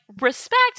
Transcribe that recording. respect